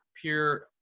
pure